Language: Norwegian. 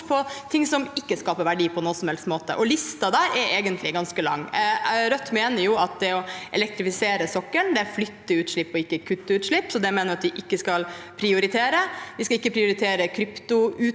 på ting som ikke skaper verdi på noen som helst måte. Listen der er egentlig ganske lang. Rødt mener at det å elektrifisere sokkelen flytter utslipp og ikke kutter utslipp, så det mener vi at vi ikke skal prioritere. Vi skal ikke prioritere